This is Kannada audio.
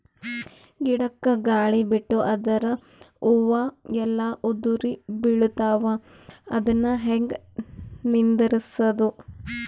ಗಿಡಕ, ಗಾಳಿ ಬಿಟ್ಟು ಅದರ ಹೂವ ಎಲ್ಲಾ ಉದುರಿಬೀಳತಾವ, ಅದನ್ ಹೆಂಗ ನಿಂದರಸದು?